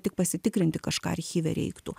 tik pasitikrinti kažką archyve reiktų